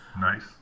Nice